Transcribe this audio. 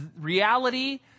reality